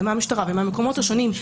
מהמשטרה ומהמקומות השונים,